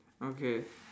okay